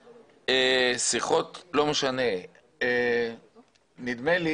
שיחות, לא משנה, נדמה לי